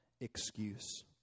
excuse